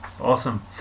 awesome